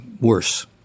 worse